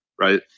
right